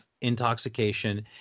intoxication